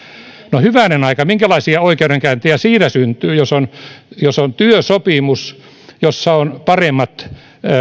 no hyvänen aika minkälaisia oikeudenkäyntejä siitä syntyy jos on jos on työsopimus jossa on paremmat